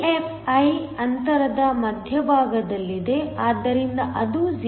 1 EFi ಅಂತರದ ಮಧ್ಯಭಾಗದಲ್ಲಿದೆ ಆದ್ದರಿಂದ ಅದು 0